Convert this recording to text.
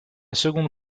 seconde